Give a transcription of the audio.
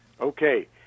Okay